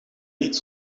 niet